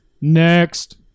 next